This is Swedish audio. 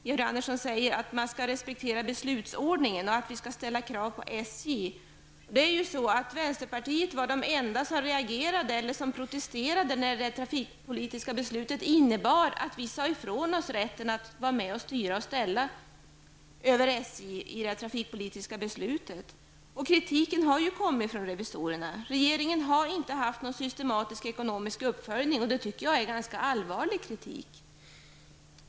Georg Andersson säger att man skall respektera beslutsordningen och att vi skall ställa krav på SJ. Vänsterpartiet var det enda parti som protesterade när vi genom det trafikpolitiska beslutet sade ifrån oss rätten att vara med och styra och ställa över SJ. Och kritiken har kommit från revisorerna. Regeringen har inte haft någon systematisk ekonomisk uppföljning. Det tycker jag är en ganska allvarlig kritik.